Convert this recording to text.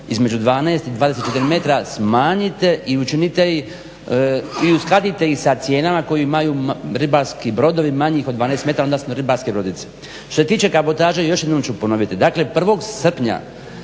između 12 i 24 metra smanjite i učinite ih i uskladite ih sa cijenama koju imaju ribarski brodovi manjih od 12 metara, odnosno ribarske brodice. Što se tiče kabotaže još jednom ću ponoviti, dakle 1. srpnja